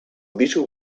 little